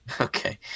Okay